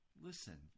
Listen